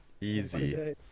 easy